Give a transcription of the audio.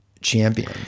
champion